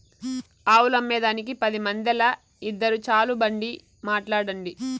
ఆవులమ్మేదానికి పది మందేల, ఇద్దురు చాలు బండి మాట్లాడండి